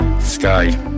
Sky